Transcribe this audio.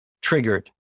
triggered